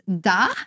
da